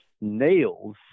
nails